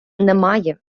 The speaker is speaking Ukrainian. немає